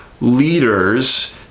leaders